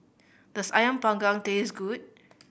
does Ayam Panggang taste good